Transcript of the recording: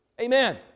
Amen